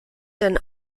denn